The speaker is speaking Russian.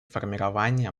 формирования